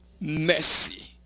Mercy